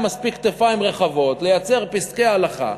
כתפיים רחבות מספיק לייצר פסקי הלכה,